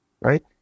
right